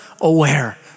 aware